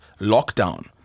lockdown